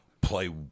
play